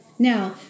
Now